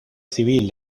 civil